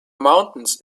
mountains